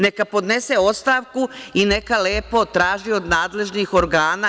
Neka podnese ostavku i neka lepo traži od nadležnih organa.